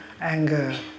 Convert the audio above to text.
anger